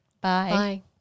Bye